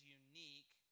unique